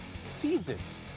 seasons